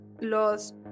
los